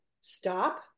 stop